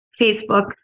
Facebook